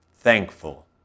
thankful